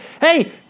hey